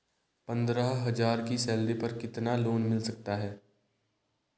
पंद्रह हज़ार की सैलरी पर कितना लोन मिल सकता है?